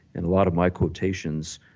and a lot of my quotations,